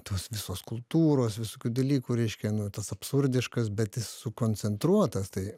tos visos kultūros visokių dalykų reiškia tas absurdiškas bet jis sukoncentruotas tai